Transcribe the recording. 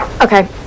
Okay